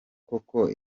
koko